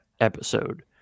episode